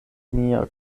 mia